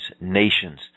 nations